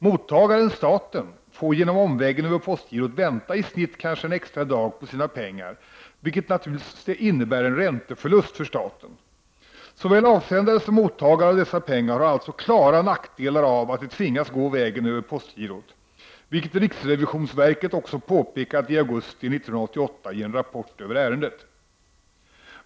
Mottagaren, staten, får genom omvägen över postgirot vänta i snitt kanske en extra dag på sina pengar, vilket naturligtvis innebär en ränteförlust för staten. Såväl avsändare som mottagare av dessa pengar har alltså klara nackdelar av att de tvingas gå vägen över postgirot, vilket riksrevisionsverket också har påpekat i augusti 1988 i en rapport i ärendet.